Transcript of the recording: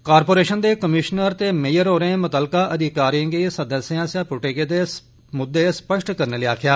corporation दे commissioner ते mayor होरें मुत्तलका अधिकारियें गी सदस्यें आसेया पुड्डे गेदे मुद्दे स्पष्ट करने लेई आक्खेया